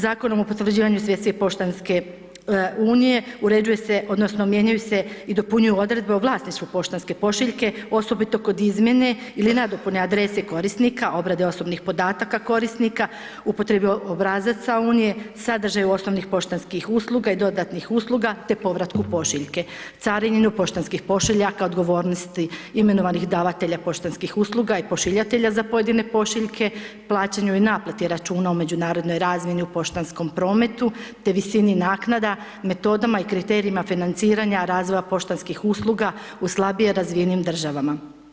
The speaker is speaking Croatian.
Zakonom o potvrđivanju Svjetske poštanske unije uređuje se odnosno mijenjaju se i dopunjuju odredbe o vlasništvu poštanske pošiljke osobito kod izmjene ili nadopune adrese korisnika, obrade osobnih podataka korisnika, upotrebe obrazaca unije, sadržaju osnovnih poštanskih usluga i dodatnih usluga te povratku pošiljke, carinjenju poštanskih pošiljaka, odgovornosti imenovanih davatelja poštanskih usluga i pošiljatelja za pojedine pošiljke, plaćanju i naplati računa o međunarodnoj razmjeni u poštanskom prometu te visini naknada, metodama i kriterijima financiranja razvoja poštanskih usluga u slabije razvijenim državama.